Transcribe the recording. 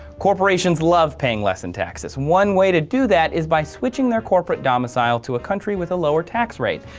corporations love paying less in taxes. one way to do that is by switching their corporate domicile to a country with a lower tax rate.